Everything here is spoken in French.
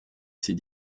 ces